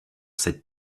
cette